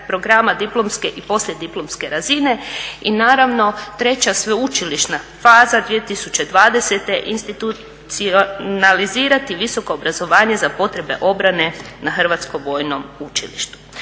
programa diplomske i poslijediplomske razine i naravno treća sveučilišna faza 2020. institucionalizirati visoko obrazovanje za potrebe obrane na Hrvatsko vojnom učilištu.